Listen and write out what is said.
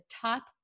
top